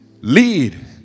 Lead